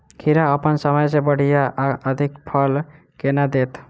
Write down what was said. खीरा अप्पन समय सँ बढ़िया आ अधिक फल केना देत?